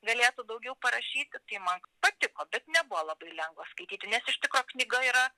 galėtų daugiau parašyti tai man patiko bet nebuvo labai lengva skaityti nes iš tikro knyga yra